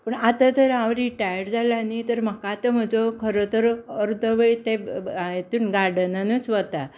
पूण आता तर हांव रिटायर जाला न्ही तर म्हाका आतां म्हजो खरो तर अर्दो वेळ ते हितूंत गार्डनांनूच वता